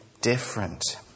different